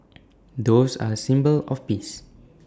doves are A symbol of peace